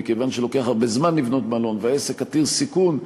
מכיוון שלוקח הרבה זמן לבנות מלון והעסק עתיר סיכון,